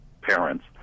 parents